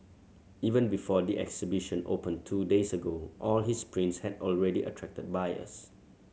even before the exhibition opened two days ago all his prints had already attracted buyers